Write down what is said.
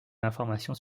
informations